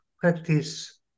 practice